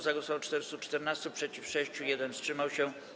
Za głosowało 414, przeciw - 6, 1 wstrzymał się.